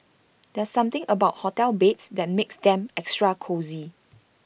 there's something about hotel beds that makes them extra cosy